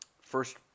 First